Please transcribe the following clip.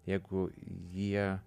jeigu jie